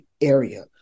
area